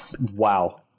Wow